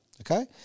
okay